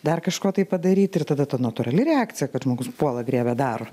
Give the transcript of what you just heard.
dar kažko tai padaryt ir tada ta natūrali reakcija kad žmogus puola griebia daro